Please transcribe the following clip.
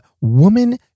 woman